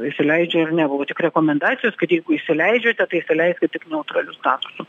įsileidžia ar ne buvo tik rekomendacijos kad jeigu įsileidžiate tai leiskit tik neutraliu statusu